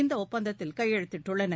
இந்த ஒப்பந்தத்தில் கையெழுத்திட்டுள்ளனர்